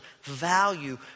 value